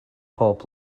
pob